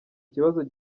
kibazo